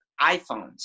iPhones